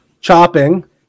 chopping